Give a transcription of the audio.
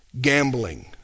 Gambling